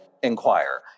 inquire